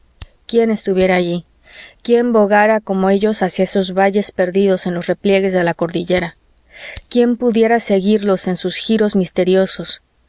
quién estuviera allí quién bogara como ellos hacia esos valles perdidos en los repliegues de la cordillera quién pudiera seguirlos en sus giros misteriosos